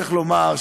צריך לומר,